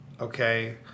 okay